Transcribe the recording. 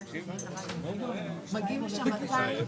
תודה רבה,